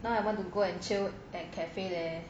now I want to go and chill at cafe leh